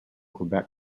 quebec